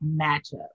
matchup